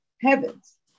heavens